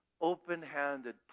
open-handed